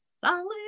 solid